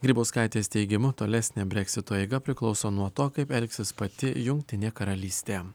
grybauskaitės teigimu tolesnė breksito eiga priklauso nuo to kaip elgsis pati jungtinė karalystė